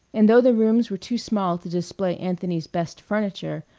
and though the rooms were too small to display anthony's best furniture,